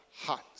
heart